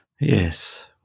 Yes